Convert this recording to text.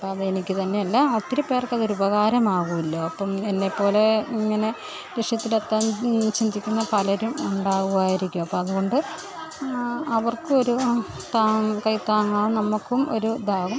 അപ്പം അതെനിക്ക് തന്നെയല്ല ഒത്തിരിപേർക്ക് അതൊരു ഉപകാരമാകുമല്ലോ അപ്പം എന്നെ പോലെ ഇങ്ങനെ ലക്ഷ്യത്തിലെത്താൻ ചിന്തിക്കുന്ന പലരും ഉണ്ടാകുവായിരിക്കും അപ്പത് കൊണ്ട് അവർക്കൊരു താങ്ങ് കൈത്താങ്ങാകും നമ്മൾക്കും ഒരു ഇതാകും